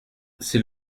c’est